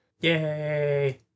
Yay